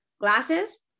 glasses